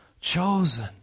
Chosen